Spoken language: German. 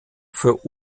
für